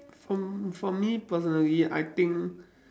from for me personally I think